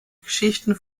geschichten